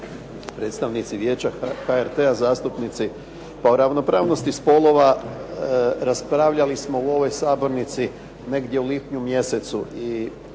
predstavnici Vijeća HRT-a, zastupnici. Pa o ravnopravnosti spolova raspravljali smo u ovoj sabornici negdje u lipnju mjesecu